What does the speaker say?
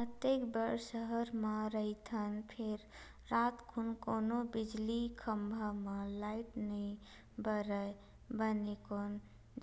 अतेक बड़ सहर म रहिथन फेर रातकुन कोनो बिजली खंभा म लाइट नइ बरय बने कोन